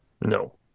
No